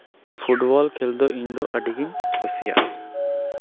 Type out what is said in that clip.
football ᱠᱷᱮᱞᱫᱚ ᱟᱹᱰᱤ ᱜᱤᱧ ᱠᱩᱥᱤᱭᱟᱜᱼᱟ